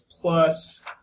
plus